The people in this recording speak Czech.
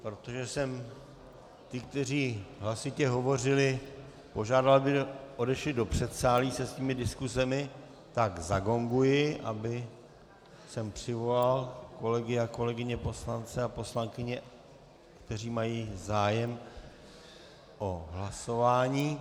Protože jsem ty, kteří hlasitě hovořili, požádal, aby odešli do předsálí se svými diskusemi, tak zagonguji, abych sem přivolal kolegy poslance a poslankyně, kteří mají zájem o hlasování.